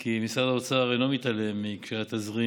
כי משרד האוצר אינו מתעלם מקשיי התזרים